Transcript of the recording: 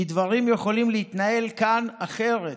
כי דברים יכולים להתנהל כאן אחרת.